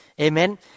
Amen